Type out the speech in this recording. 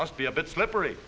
must be a bit slippery